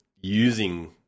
using